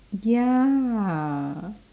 ya